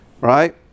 right